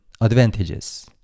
advantages